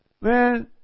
Man